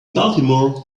baltimore